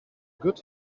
good